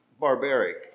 barbaric